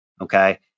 okay